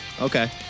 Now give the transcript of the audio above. Okay